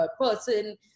person